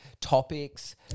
topics